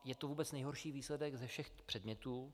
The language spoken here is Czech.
Je to vůbec nejhorší výsledek ze všech předmětů.